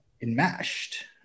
enmeshed